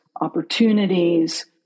opportunities